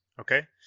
Okay